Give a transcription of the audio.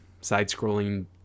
side-scrolling